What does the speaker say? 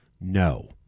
no